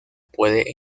puede